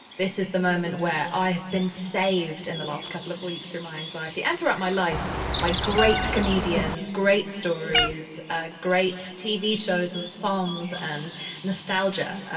this is the moment where i have been saved in the last couple of weeks through my anxiety and throughout my life by great comedians, great stories, ah great tv shows and songs and nostalgia.